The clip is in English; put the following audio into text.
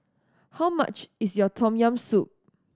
how much is Tom Yam Soup